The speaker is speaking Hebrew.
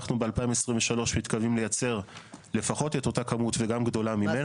אנחנו ב-2023 מתכוונים לייצר לפחות את אותה כמות וגם גדולה ממנה.